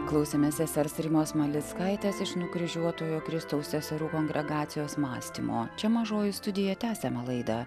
klausėmės sesers rimos malickaitės iš nukryžiuotojo kristaus seserų kongregacijos mąstymo čia mažoji studija tęsiame laidą